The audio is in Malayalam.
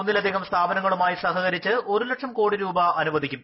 ഒന്നിലധികം സ്ഥാപനങ്ങളുമായി സഹകരിച്ച് ഒരു ലക്ഷം കോടി രൂപ അനുവദിക്കും